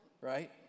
right